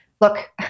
look